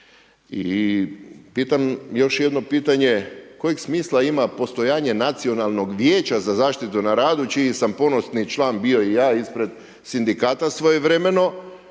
još jedno pitanje kojeg smisla ima postojanje Nacionalnog vijeća za zaštitu na radu čiji sam ponosni član bio i ja ispred sindikata svojevremeno